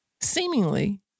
Seemingly